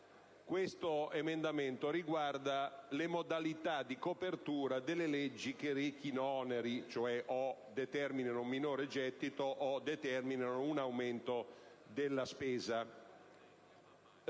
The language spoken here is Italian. Quest'ultimo riguarda le modalità di copertura delle leggi che rechino oneri, cioè o determinino un minore gettito o determinino un aumento della spesa.